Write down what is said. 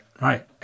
right